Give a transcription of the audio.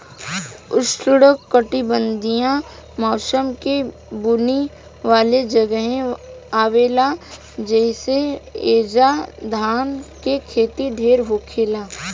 उष्णकटिबंधीय मौसम में बुनी वाला जगहे आवेला जइसे ऐजा धान के खेती ढेर होखेला